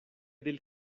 del